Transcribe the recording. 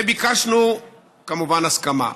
וביקשנו כמובן הסכמה.